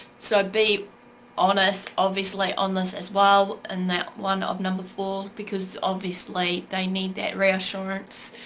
so, be honest obviously on this as well in that one of number four because obviously they need that reassurance.